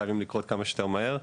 שחייבים לקרות כמה שיותר מהר.